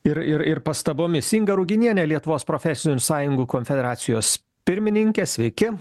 ir ir pastabomis inga ruginienė lietuvos profesinių sąjungų konfederacijos pirmininkė sveiki